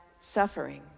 suffering